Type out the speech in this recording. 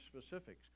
specifics